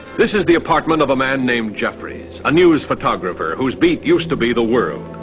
this is the apartment of a man named jeffries, a news photographer whose beat used to be the world.